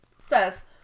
says